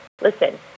listen